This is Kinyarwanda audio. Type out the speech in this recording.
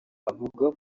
avuga